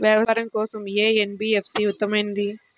వ్యాపారం కోసం ఏ ఎన్.బీ.ఎఫ్.సి ఉత్తమమైనది?